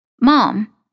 Mom